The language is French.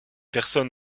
personne